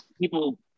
people